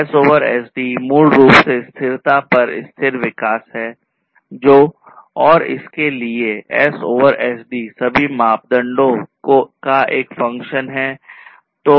S over SD मूल रूप से स्थिरता पर स्थिर विकास है और इसके लिए S ओवर SD सभी मापदंडों का एक फंक्शन है